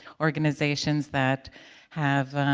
organizations that have